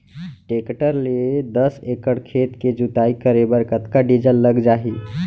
Tractor ले दस एकड़ खेत के जुताई करे बर कतका डीजल लग जाही?